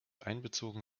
einbezogen